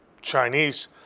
Chinese